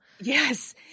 Yes